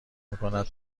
میکند